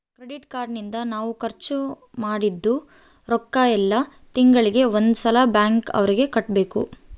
credit card ನಿಂದ ನಾವ್ ಖರ್ಚ ಮದಿದ್ದ್ ರೊಕ್ಕ ಯೆಲ್ಲ ತಿಂಗಳಿಗೆ ಒಂದ್ ಸಲ ಬ್ಯಾಂಕ್ ಅವರಿಗೆ ಕಟ್ಬೆಕು